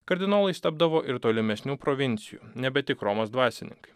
kardinolais tapdavo ir tolimesnių provincijų nebe tik romos dvasininkai